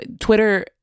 Twitter